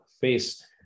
face